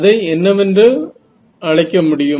அதை என்னவென்று அழைக்க முடியும்